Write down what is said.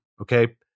okay